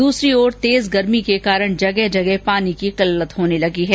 दूसरी ओर तेज गर्मी के कारण जगह जगह पानी की किल्लत होने लगी है